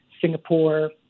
Singapore